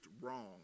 wrong